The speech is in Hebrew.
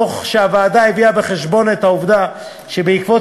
והוועדה הביאה בחשבון את העובדה שבעקבות